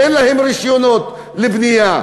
ואין להם רישיונות בנייה.